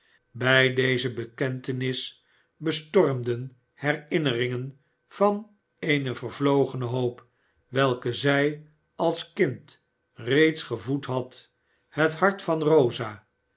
bij deze bekentenis bestormden herinneringen van eene vervlogene hoop welke zij als kind reeds gevoed had het hart van rosa